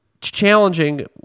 challenging